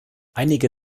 einige